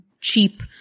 cheap